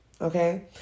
Okay